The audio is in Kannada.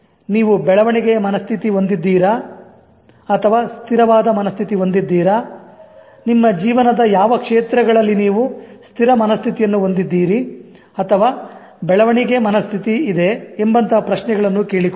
ನೀವು ಬೆಳವಣಿಗೆಯ ಮನಸ್ಥಿತಿ ಹೊಂದಿದ್ದೀರಾ ಅಥವಾ ಸ್ಥಿರವಾದ ಮನಸ್ಥಿತಿ ಹೊಂದಿದ್ದೀರಾ ನಿಮ್ಮ ಜೀವನದ ಯಾವ ಕ್ಷೇತ್ರಗಳಲ್ಲಿ ನೀವು ಸ್ಥಿರ ಮನಸ್ಥಿತಿಯನ್ನು ಹೊಂದಿದ್ದೀರಿ ಅಥವಾ ಬೆಳವಣಿಗೆ ಮನಸ್ಥಿತಿ ಇದೆ ಎಂಬಂತಹ ಪ್ರಶ್ನೆಗಳನ್ನು ಕೇಳಿಕೊಳ್ಳಿ